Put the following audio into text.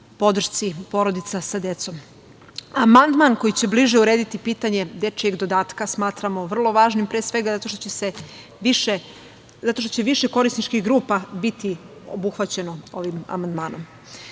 podršci porodicama sa decom. Amandman koji će bliže urediti pitanje dečijeg dodatka smatramo vrlo važnim, pre svega, zato što će više korisničkih grupa biti obuhvaćeno ovim amandmanom.